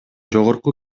жогорку